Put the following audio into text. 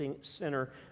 Center